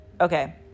okay